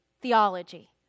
theology